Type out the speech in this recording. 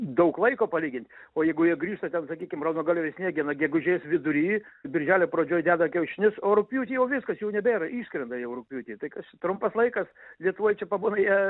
daug laiko palyginti o jeigu jie grįžta ten sakykim raudongalvė sniegena gegužės vidury birželio pradžioj deda kiaušinius o rugpjūtį jau viskas jau nebėra išskrenda jau rugpjūtį tai kas čia trumpas laikas lietuvoj čia pabūna jie